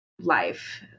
life